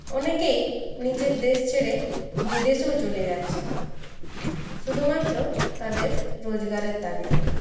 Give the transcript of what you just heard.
অনেকেই নিজের দেশ ছেড়ে বিদেশেও চলে যাচ্ছেন শুধুমাত্র তাদের রোজগারের তাগিদে